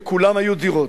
ולכולם היו דירות.